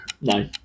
no